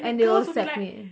and they will accept it